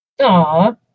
Aww